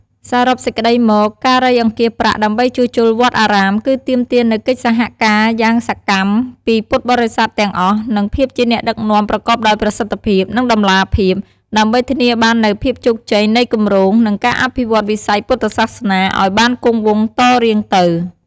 សរុបសេចក្តីមក ការរៃអង្គាសប្រាក់ដើម្បីជួសជុលវត្តអារាម គឺទាមទារនូវ កិច្ចសហការយ៉ាងសកម្មពីពុទ្ធបរិស័ទទាំងអស់ និង ភាពជាអ្នកដឹកនាំប្រកបដោយប្រសិទ្ធភាព និងតម្លាភាព ដើម្បីធានាបាននូវភាពជោគជ័យនៃគម្រោង និងការអភិវឌ្ឍន៍វិស័យពុទ្ធសាសនាឱ្យបានគង់វង្សតរៀងទៅ។